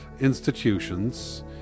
institutions